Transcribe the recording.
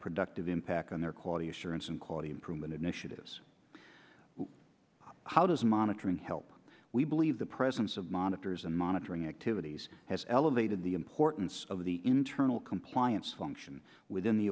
productive impact on their quality assurance and quality improvement initiatives how does monitoring help we believe the presence of monitors and monitoring activities has elevated the importance of the internal compliance function within the